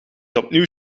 opnieuw